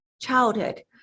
childhood